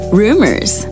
rumors